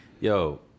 yo